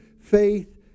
faith